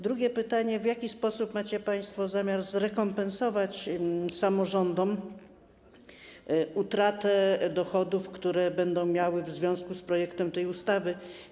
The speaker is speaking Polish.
Drugie pytanie: W jaki sposób macie państwo zamiar zrekompensować samorządom utratę dochodów, którą odczują w związku z projektem tej ustawy?